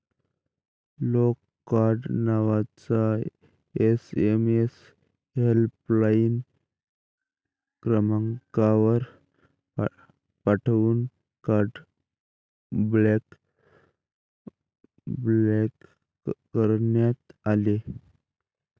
block card नावाचा SMS helpline क्रमांकावर पाठवून कार्ड ब्लॉक करण्यात आले